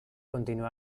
continuó